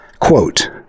quote